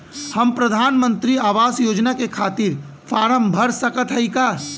हम प्रधान मंत्री आवास योजना के खातिर फारम भर सकत हयी का?